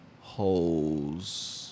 holes